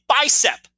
bicep